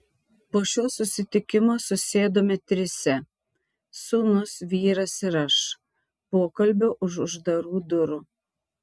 po šio susitikimo susėdome trise sūnus vyras ir aš pokalbio už uždarų durų